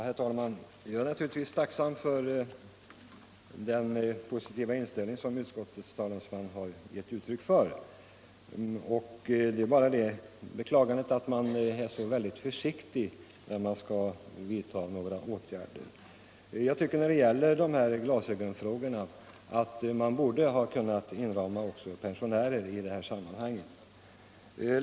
Herr talman! Jag är naturligtvis tacksam för den positiva inställning som utskottets talesman har gett uttryck för. Jag vill bara beklaga att man är så väldigt försiktig när man skall vidta några åtgärder. När det gäller ersättning för glasögon tycker jag att man borde ha kunnat inrymma också pensionärer i det sammanhanget.